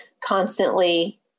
constantly